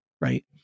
Right